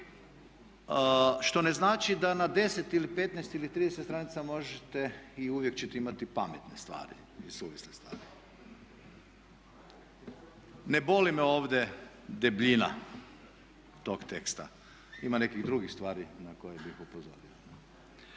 što ne znači da na deset ili petnaest ili trideset stranica možete i uvijek ćete imati pametne stvari i suvisle stvari. Ne boli me ovdje debljina tog teksta, ima nekih drugi stvari na koje bih upozorio.